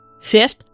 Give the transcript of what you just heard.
Fifth